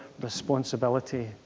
responsibility